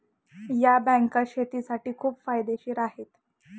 या बँका शेतीसाठी खूप फायदेशीर आहेत